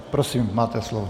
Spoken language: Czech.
Prosím máte slovo.